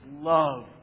love